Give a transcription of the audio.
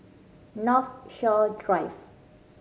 Northshore Drive